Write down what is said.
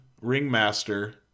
Ringmaster